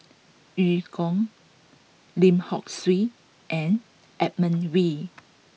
Eu Kong Lim Hock Siew and Edmund Wee